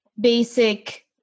basic